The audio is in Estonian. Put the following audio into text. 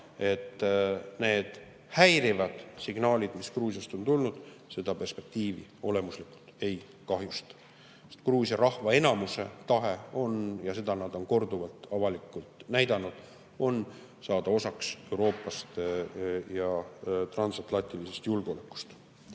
et need häirivad signaalid, mis Gruusiast on tulnud, seda perspektiivi olemuslikult ei kahjusta, sest Gruusia rahva enamuse tahe on – ja seda nad on korduvalt avalikult näidanud – saada osaks Euroopast ja transatlantilisest julgeolekust.